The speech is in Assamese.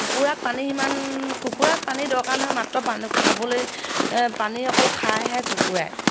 কুকুৰাক পানী সিমান কুকুৰাক পানী দৰকাৰ নহয় মাত্ৰ পানী খাবলৈ পানী অকল খায়হে কুকুৰাই